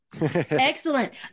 Excellent